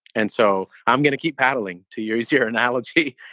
and so i'm going to keep paddling two years here analogy